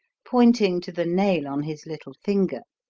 pointing to the nail on his little finger.